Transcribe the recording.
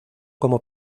como